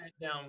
down